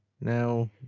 now